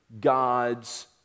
God's